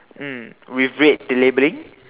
mm with red labelling